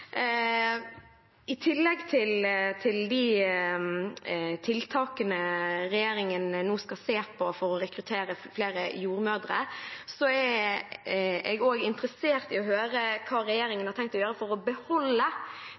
I tillegg til de tiltakene regjeringen nå skal se på for å rekruttere flere jordmødre, er jeg også interessert i å høre hva regjeringen har tenkt å gjøre for å beholde